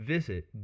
Visit